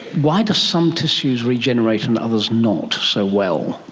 why do some tissues regenerate and others not so well?